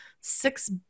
six